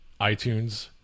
iTunes